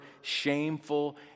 shameful